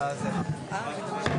בשעה